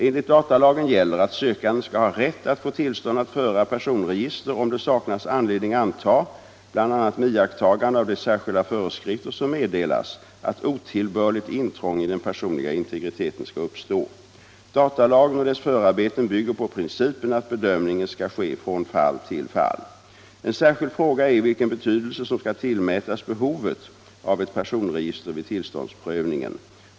Enligt datalagen gäller att sökanden skall ha rätt att få tillstånd att föra personregister om det saknas anledning anta — bl.a. med iakttagande av de särskilda föreskrifter som meddelas — att otillbörligt intrång i den personliga integriteten skall uppstå. Datalagen och dess förarbeten bygger på principen att bedömningen skall ske från fall till fall. En särskild fråga är vilken betydelse som skall tillmätas behovet av ett personregister vid tillståndsprövningen.